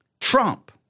Trump